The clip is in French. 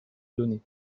donner